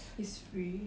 it's free